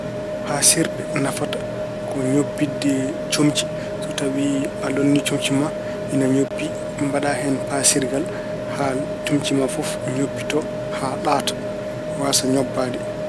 Paasirɗe nafata ko ñobbitde comci. So tawi a lonnii comci ma, ina ñobbi, mbaɗa hen paasirgal haa comci ma fof ñobbito, haa ɗaata, waasaa ñobbaade.